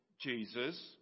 Jesus